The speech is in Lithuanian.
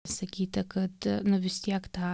sakyti kad nu vis tiek ta